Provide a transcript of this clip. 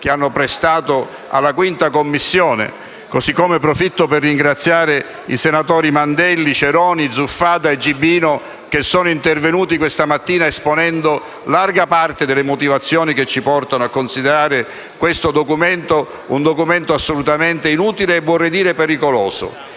che hanno prestato alla 5a Commissione, così come approfitto per ringraziare i senatori Mandelli, Ceroni, Zuffada e Gibiino che sono intervenuti questa mattina esponendo larga parte delle motivazioni che ci portano a considerare questo documento assolutamente inutile e vorrei dire pericoloso.